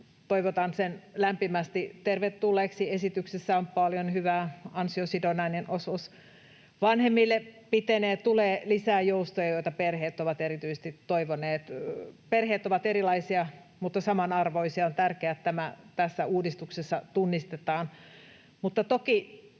toivotan sen lämpimästi tervetulleeksi. Esityksessä on paljon hyvää: Ansiosidonnainen osuus vanhemmille pitenee. Tulee lisää joustoja, joita perheet ovat erityisesti toivoneet. Perheet ovat erilaisia mutta samanarvoisia — on tärkeää, että tämä tässä uudistuksessa tunnistetaan —